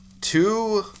Two